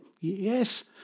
Yes